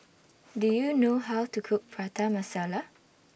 Do YOU know How to Cook Prata Masala